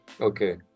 Okay